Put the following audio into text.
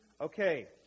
Okay